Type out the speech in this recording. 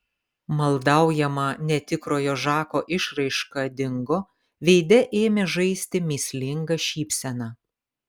maldaujama netikrojo žako išraiška dingo veide ėmė žaisti mįslinga šypsena